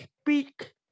speak